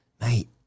mate